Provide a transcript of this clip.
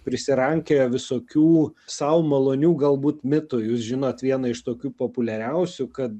prisirankioję visokių sau malonių galbūt mitų jūs žinot vieną iš tokių populiariausių kad